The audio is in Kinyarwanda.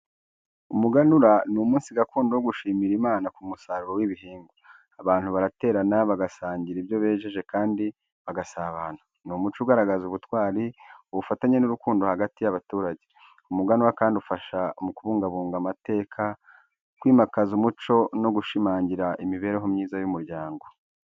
Umuganura, ni umunsi gakondo wo gushimira Imana ku musaruro w’ibihingwa. Abantu baraterana, bagasangira ibyo bejeje kandi bagasabana. Ni umuco ugaragaza ubutwari, ubufatanye n’urukundo hagati y’abaturage. Umuganura kandi ufasha mu kubungabunga amateka, kwimakaza umuco no gushimangira imibereho myiza y’umuryango.